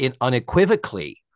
unequivocally